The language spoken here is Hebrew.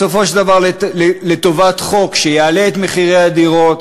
בסופו של דבר לטובת חוק שיעלה את מחיר הדירות,